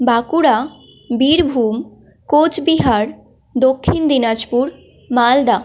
Bankura Birbhum Coochbehar Dakshin Dinajpur Malda